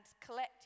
collect